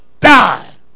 die